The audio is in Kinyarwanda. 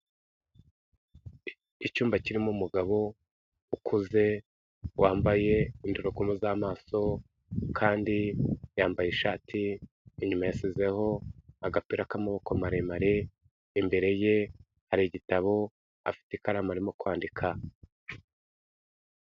Icyumba kirimo umugabo ukuze wambaye indorerwamo z'amaso, kandi yambaye ishati inyuma yashyizeho agapira k'amaboko maremare, imbere ye hari igitabo afite ikaramu arimo kwandika.